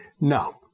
No